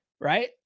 right